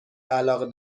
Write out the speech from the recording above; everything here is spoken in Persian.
علاقه